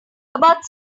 about